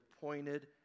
pointed